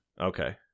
Okay